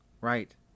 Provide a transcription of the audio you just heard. Right